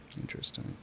interesting